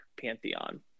pantheon